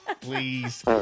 please